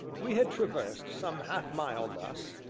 we had traversed some half mile thus,